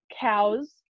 cows